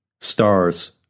Stars